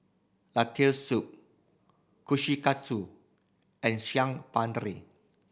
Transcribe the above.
Lentil Soup Kushikatsu and